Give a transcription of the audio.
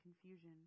confusion